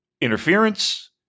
interference